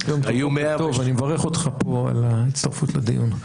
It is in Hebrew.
אני מברך אותך על ההצטרפות לדיון.